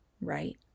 right